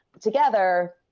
together